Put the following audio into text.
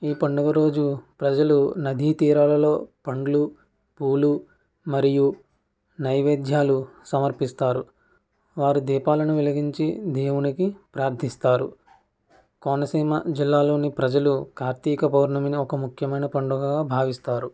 ఈ పండుగ రోజు ప్రజలు నదీ తీరాలలో పండ్లు పూలు మరియు నైవేద్యాలు సమర్పిస్తారు వారు దీపాలు వెలిగించి దేవునికి ప్రార్థిస్తారు కోనసీమ జిల్లాలోని ప్రజలు కార్తీక పౌర్ణమిని ఒక ముఖ్యమైన పండుగగా భావిస్తారు